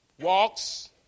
walks